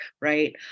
right